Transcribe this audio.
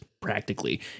practically